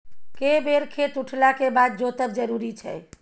के बेर खेत उठला के बाद जोतब जरूरी छै?